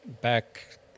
back